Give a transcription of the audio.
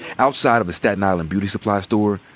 outside of a staten island beauty supply store,